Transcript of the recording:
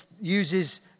uses